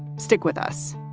stick with us